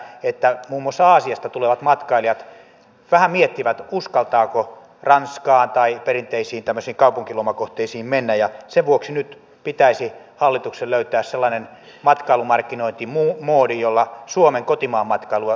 koska hankintaprosessi ulottuu yli vaalikausien on syytä kysyä hallitukselta suunnitelmia siitä miten ilmavoimien kaluston uudistaminen ja sen vuoksi nyt pitäisi hallituksen löytää sellainen matkailumarkkinointimoodi suunniteltu rahoitus aiotaan aikanaan hoitaa